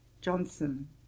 Johnson